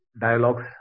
dialogues